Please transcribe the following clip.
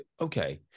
Okay